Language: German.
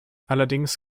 allerdings